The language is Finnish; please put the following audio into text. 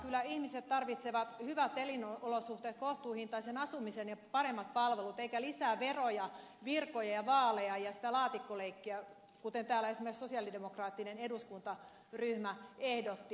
kyllä ihmiset tarvitsevat hyvät elinolosuhteet kohtuuhintaisen asumisen ja paremmat palvelut eikä lisää veroja virkoja ja vaaleja ja sitä laatikkoleikkiä kuten täällä esimerkiksi sosialidemokraattinen eduskuntaryhmä ehdotti